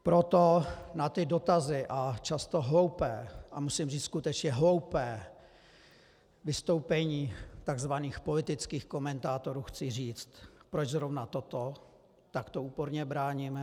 Proto na ty dotazy, a často hloupá, a musím říct skutečně hloupá vystoupení takzvaných politických komentátorů chci říct, proč zrovna toto takto úporně bráníme.